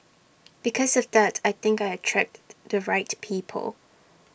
because of that I think I attracted the right people